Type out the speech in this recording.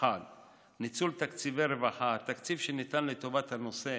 1. ניצול תקציבי רווחה, התקציב שניתן לטובת הנושא